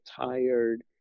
tired